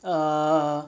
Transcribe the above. err